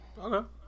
Okay